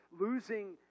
losing